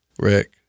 Rick